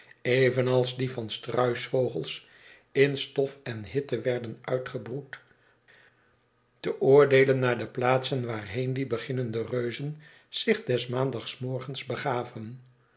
evenals die van struisvogels in stof en hitte werden uitgebroed te oordeelen naar de plaatsen waarheen die beginnende reuzen zich des maandagmorgens begaven